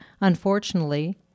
unfortunately